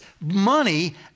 money